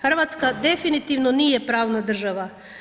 Hrvatske definitivno nije pravna država.